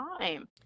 time